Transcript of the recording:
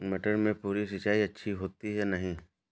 मटर में फुहरी सिंचाई अच्छी होती है या नहीं?